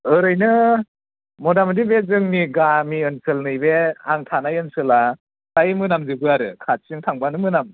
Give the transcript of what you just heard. ओरैनो मतामति बे जोंनि गामि ओनसोलनि बे आं थानाय ओनसोला फ्राय मोनामजोबो आरो खाथिजों थांबानो मोनामो